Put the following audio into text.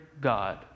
God